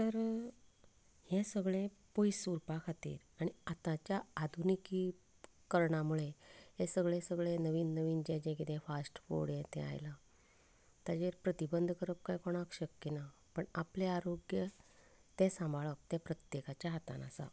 तर हें सगळें पयस उरपा खातीर आनी आतांच्या आधुनिकीकरणा मुळे हें सगळें सगळें नवीन नवीन जें जें कितें फास्ट फूड हें तें आयल्या ताजेर प्रतिबंद करप काय कोणाक शक्य ना पूण आपलें आरोग्य तें साबांळप तें प्रत्येकाच्या हातांत आसा